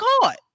caught